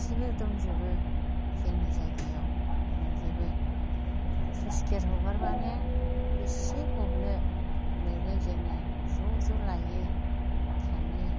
गासिबो दंजोबो जोंनि जायगायाव मोनजोबो स्लुइस गेट हगारबानो बेसे हमनो मोनो जोङो ज' ज' लाइयो थाङो